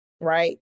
right